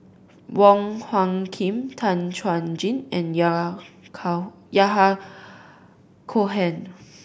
Wong Hung Khim Tan Chuan Jin and Yahya Cohen